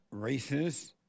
racist